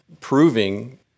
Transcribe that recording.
proving